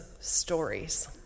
stories